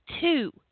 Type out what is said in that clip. two